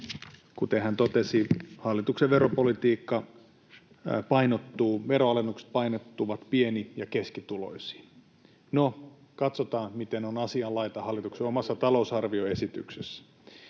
kuten hän totesi, hallituksen veropolitiikka painottuu, veronalennukset painottuvat pieni‑ ja keskituloisiin. No, katsotaan, miten on asianlaita hallituksen omassa talousarvioesityksessä.